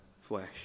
flesh